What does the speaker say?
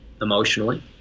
emotionally